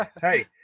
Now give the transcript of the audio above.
hey